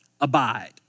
Abide